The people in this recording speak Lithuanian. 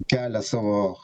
kelia savo